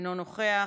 אינו נוכח,